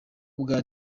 bwa